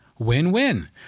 win-win